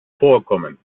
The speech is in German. vorkommen